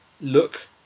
look